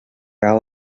alt